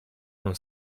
non